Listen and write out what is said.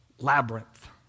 labyrinth